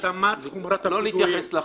לא להתייחס לח"כים.